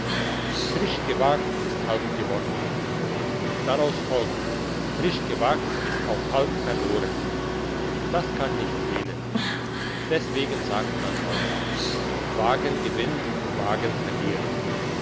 frisch gewagt ist halb gewonnen daraus folgt frisch gewagt ist auch halb verloren das kann nicht fehlen deswegen sagt man auch wagen gewinnt wagen verliert